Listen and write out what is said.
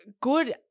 good